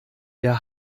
der